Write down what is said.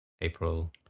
April